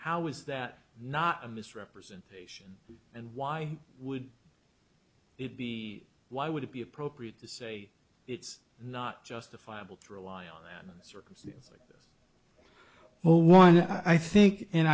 how is that not a misrepresentation and why would it be why would it be appropriate to say it's not justifiable to rely on that months or well one i think and